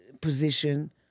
position